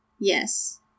Yes